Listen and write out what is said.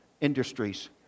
industries